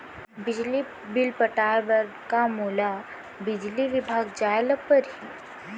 बिजली बिल पटाय बर का मोला बिजली विभाग जाय ल परही?